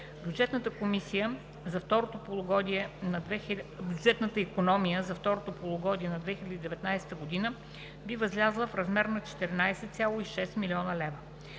Бюджетната икономия за второто полугодие на 2019 г. би възлязла в размер на 14,6 млн. лв.